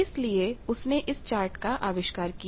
इसीलिए उसने इस चार्ट का आविष्कार किया